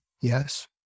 Yes